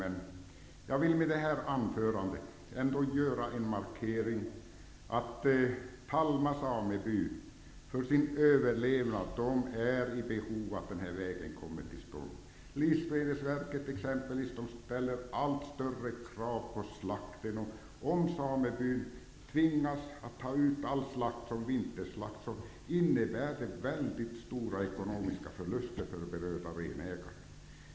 Men jag vill med det här anförandet ändå göra en markering av att Talmas sameby för sin överlevnad är i behov av att den här vägen kommer till stånd. Livsmedelsverket ställer allt större krav på slakten. Om samebyn tvingas ta ut all slakt som vinterslakt, innebär det väldigt stora ekonomiska förluster för de berörda renägarna.